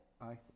Aye